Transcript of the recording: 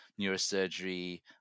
neurosurgery